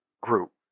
group